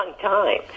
time